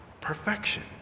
perfection